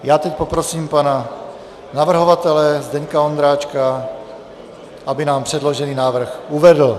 Já teď poprosím pana navrhovatele Zdeňka Ondráčka, aby nám předložený návrh uvedl.